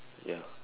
ya